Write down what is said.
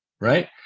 right